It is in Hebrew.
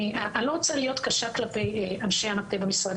אני לא רוצה להיות קשה כלפי אנשי המטה במשרד,